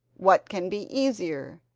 what can be easier?